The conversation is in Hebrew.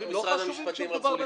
משרד המשפטים,